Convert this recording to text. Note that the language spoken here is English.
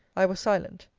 i was silent.